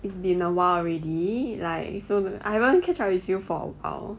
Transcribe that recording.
it's been a while already like so I haven't catch up with you for awhile